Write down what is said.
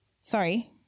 Sorry